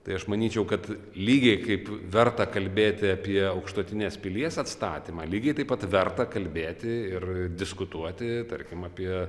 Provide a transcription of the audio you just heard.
tai aš manyčiau kad lygiai kaip verta kalbėti apie aukštutinės pilies atstatymą lygiai taip pat verta kalbėti ir diskutuoti tarkim apie